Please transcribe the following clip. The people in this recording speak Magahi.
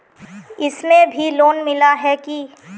इसमें भी लोन मिला है की